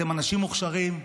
אתם אנשים מוכשרים,